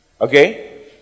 Okay